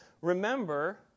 remember